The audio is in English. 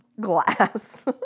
Glass